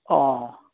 অঁ